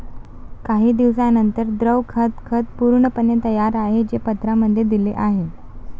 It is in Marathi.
काही दिवसांनंतर, द्रव खत खत पूर्णपणे तयार आहे, जे पत्रांमध्ये दिले आहे